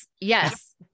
yes